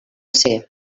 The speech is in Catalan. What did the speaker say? ser